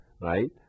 right